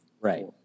Right